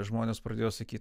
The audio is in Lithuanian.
žmonės pradėjo sakyt